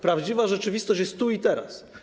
Prawdziwa rzeczywistość jest tu i teraz.